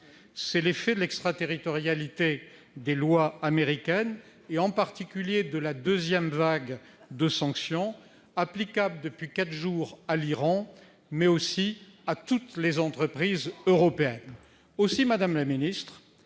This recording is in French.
est l'effet de l'extraterritorialité des lois américaines et, en particulier, de la deuxième vague de sanctions qui s'appliquent depuis quatre jours à l'Iran, mais aussi à toutes les entreprises européennes. Aussi, madame la ministre,